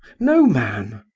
no man!